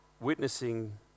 witnessing